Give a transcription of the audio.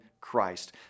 Christ